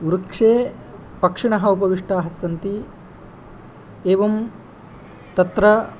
वृक्षे पक्षिणः उपविष्टाः सन्ति एवं तत्र